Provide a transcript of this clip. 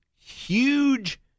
huge